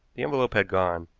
the envelope had gone.